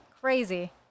crazy